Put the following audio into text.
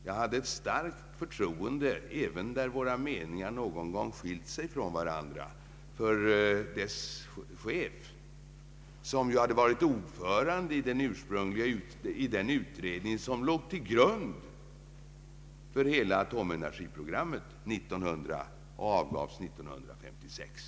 Jag hyste ett starkt förtroende även om våra meningar någon gång skilde sig från varandra — för dess chef, som ju hade varit ordförande i den utredning som låg till grund för hela atomenergiprogrammet och avgav sitt betänkande 1956.